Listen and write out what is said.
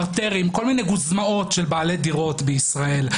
פרטרים כל מיני גוזמאות של בעלי דירות בישראל.